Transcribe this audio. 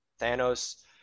Thanos